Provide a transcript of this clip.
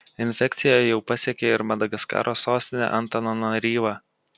infekcija jau pasiekė ir madagaskaro sostinę antananaryvą